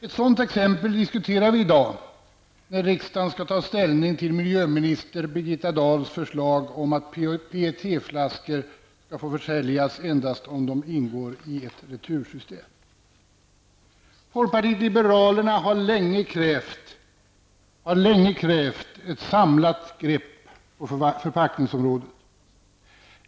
Ett sådant exempel diskuterar vi i dag, när riksdagen skall ta ställning till miljöminister Folkpartiet liberalerna har länge krävt ett samlat grepp på förpackningsområdet.